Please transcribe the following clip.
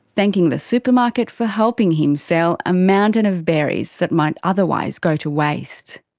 thanking the supermarket for helping him sell a mountain of berries that might otherwise go to waste.